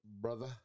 brother